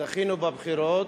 זכינו בבחירות